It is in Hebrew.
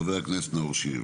חבר הכנסת נאור שירי,